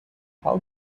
how